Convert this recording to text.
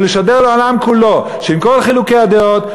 ולשדר לעולם כולו שעם כל חילוקי הדעות,